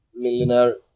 millionaire